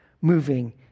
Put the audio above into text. moving